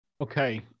okay